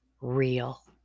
real